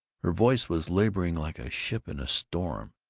her voice was laboring like a ship in a storm.